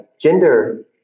gender